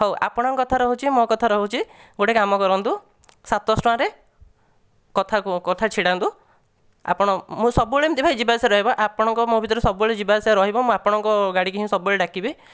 ହେଉ ଆପଣଙ୍କ କଥା ରହୁଛି ମୋ କଥା ରହୁଛି ଗୋଟିଏ କାମ କରନ୍ତୁ ସାତଶହ ଟଙ୍କାରେ କଥାକୁ କଥା ଛିଡ଼ାନ୍ତୁ ଆପଣ ମୁଁ ସବୁବେଳେ ଏମିତି ଭାଇ ଯିବା ଆସିବା ରହିବ ଆପଣଙ୍କ ମୋ ଭିତରେ ସବୁବେଳେ ଯିବା ଆସିବା ରହିବ ମୁଁ ଆପଣଙ୍କ ଗାଡ଼ିକି ହିଁ ସବୁବେଳେ ଡାକିବି